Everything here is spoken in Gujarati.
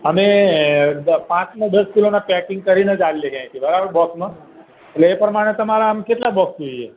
અમે પાંચ ને દસ કિલોના પેકિંગ કરીને જ આપીએ છીએ અહીંથી બરાબર બોક્ષમાં એટલે એ પ્રમાણે તમારે આમ કેટલાં બોક્ષ જોઈએ